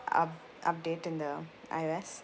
up~ update in the I_O_S